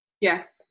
yes